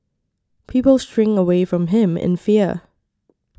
people shrink away from him in fear